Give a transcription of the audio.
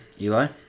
Eli